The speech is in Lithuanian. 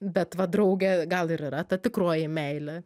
bet va draugė gal ir yra ta tikroji meilė